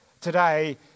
today